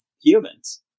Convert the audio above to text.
humans